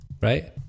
right